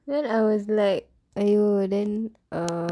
then I was like !aiyo! then err